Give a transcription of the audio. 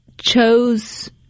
chose